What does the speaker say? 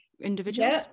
individuals